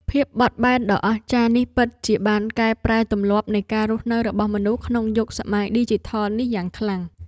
ភាពបត់បែនដ៏អស្ចារ្យនេះពិតជាបានកែប្រែទម្លាប់នៃការរស់នៅរបស់មនុស្សក្នុងយុគសម័យឌីជីថលនេះយ៉ាងខ្លាំង។